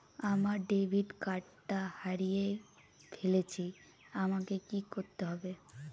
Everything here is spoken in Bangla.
আমার ডেবিট কার্ডটা হারিয়ে ফেলেছি আমাকে কি করতে হবে?